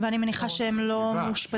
אני מניחה שהם לא מאושפזים.